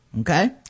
okay